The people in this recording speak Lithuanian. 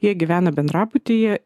jie gyvena bendrabutyje